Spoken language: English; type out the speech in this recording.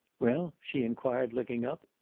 well? she inquired, looking up.